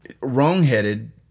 wrong-headed